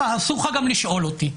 ואסור לך גם לשאול אותי.